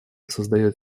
создает